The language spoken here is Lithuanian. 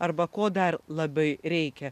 arba ko dar labai reikia